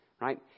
right